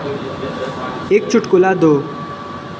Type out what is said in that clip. एक चुटकुला दो